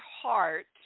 heart